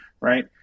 right